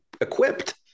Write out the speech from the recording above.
equipped